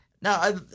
Now